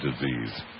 disease